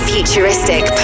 Futuristic